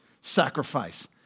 sacrifice